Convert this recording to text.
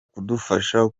kudufasha